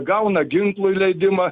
gauna ginklui leidimą